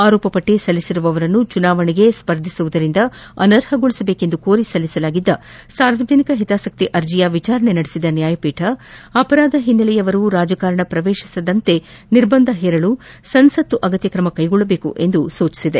ಆರೋಪಪಟ್ಟಿ ಸಲ್ಲಿಸಿರುವವರನ್ನು ಚುನಾವಣೆಗೆ ಸ್ಫರ್ಧಿಸುವುದರಿಂದ ಅನರ್ಹಗೊಳಿಸಬೇಕೆಂದು ಕೋರಿ ಸಲ್ಲಿಸಲಾಗಿದ್ದ ಸಾರ್ವಜನಿಕ ಹಿತಾಸಕ್ತಿ ಅರ್ಜಿ ವಿಚಾರಣೆ ನಡೆಸಿದ ನ್ಯಾಯಪೀಠ ಅಪರಾಧಿ ಹಿನ್ನೆಲೆಯವರು ರಾಜಕಾರಣ ಪ್ರವೇಶಿಸದಂತೆ ನಿರ್ಬಂಧ ಹೇರಲು ಸಂಸತ್ ಅಗತ್ಕ ಕ್ರಮಕೈಗೊಳ್ಳಬೇಕು ಎಂದು ನ್ಯಾಯಪೀಠ ಹೇಳಿದೆ